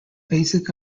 basic